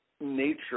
nature